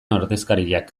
ordezkariak